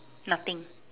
nothing